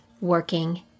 working